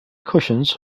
cushions